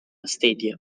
stadium